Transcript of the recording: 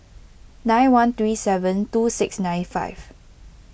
nine one three seven two six nine five